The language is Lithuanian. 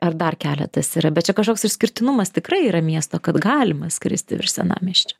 ar dar keletas yra bet čia kažkoks išskirtinumas tikrai yra miesto kad galima skristi virš senamiesčio